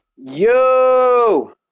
Yo